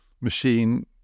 machine